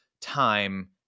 time